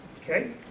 Okay